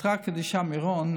אתרא קדישא מירון,